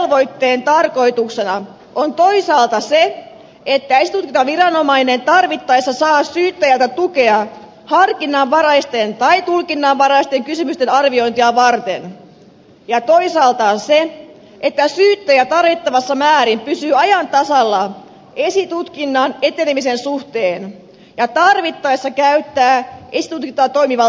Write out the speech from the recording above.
yhteistyövelvoitteen tarkoituksena on toisaalta se että esitutkintaviranomainen tarvittaessa saa syyttäjältä tukea harkinnanvaraisten tai tulkinnanvaraisten kysymysten arviointia varten ja toisaalta se että syyttäjä tarvittavassa määrin pysyy ajan tasalla esitutkinnan etenemisen suhteen ja tarvittaessa käyttää esitutkintaan toimivaltuuksiaan